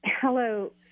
Hello